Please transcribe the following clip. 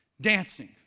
Dancing